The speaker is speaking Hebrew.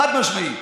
חד-משמעית.